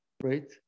right